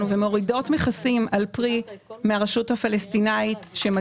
ומורידות מכסים על פרי מן הרשות הפלסטינאית.